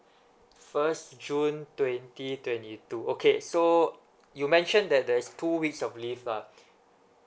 first june twenty twenty two okay so you mentioned that there is two weeks of leave ah